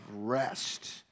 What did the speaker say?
rest